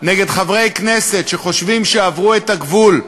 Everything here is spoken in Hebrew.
נגד חברי כנסת שחושבים שעברו את הגבול,